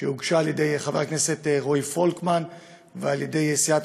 שהוגשה על-ידי חבר הכנסת רועי פולקמן ועל-ידי סיעת